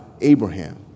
Abraham